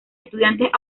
estudiantes